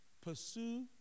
Pursue